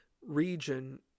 Region